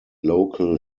local